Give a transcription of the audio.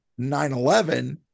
9-11